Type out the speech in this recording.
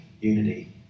unity